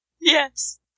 Yes